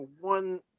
one